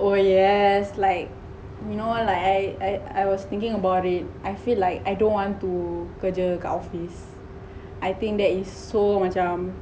oh yes like you know like I I was thinking about it I feel like I don't want to kerja kat office I think that is so macam